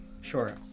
sure